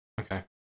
Okay